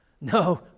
No